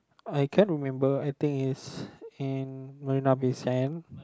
I can't remember I think is in Marina-Bay-Sands